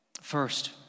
First